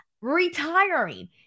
retiring